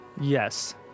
Yes